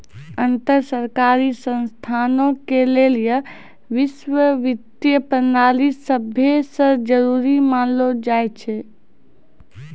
अन्तर सरकारी संस्थानो के लेली वैश्विक वित्तीय प्रणाली सभै से जरुरी मानलो जाय छै